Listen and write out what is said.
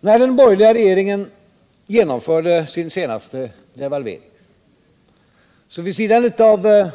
När den borgerliga regeringen genomförde sin senaste devalvering angrep vi vid sidan av